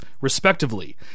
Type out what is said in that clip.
respectively